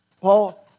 Paul